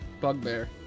bugbear